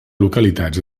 localitats